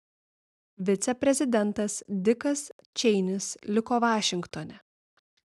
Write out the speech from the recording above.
viceprezidentas dikas čeinis liko vašingtone